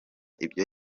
ibyo